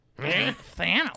Thanos